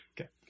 Okay